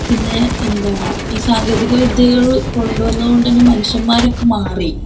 പിന്നെ എന്താണ് ഈ സാങ്കേതിക വിദ്യകള് കൊണ്ടുവന്നതുകൊണ്ടുതന്നെ മനുഷ്യന്മാരൊക്കെ മാറി